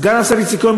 סגן השר איציק כהן,